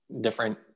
different